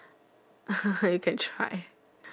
you can try